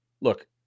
Look